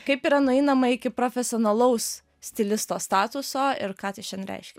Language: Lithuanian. kaip yra nueinama iki profesionalaus stilisto statuso ir ką tai šian reiškia